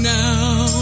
now